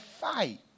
fight